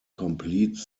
complete